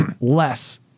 less